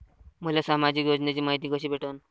मले सामाजिक योजनेची मायती कशी भेटन?